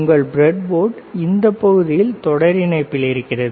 உங்கள் பிரட்போர்டு இந்தப் பகுதியில் தொடர் இணைப்பில் இருக்கிறது